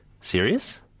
serious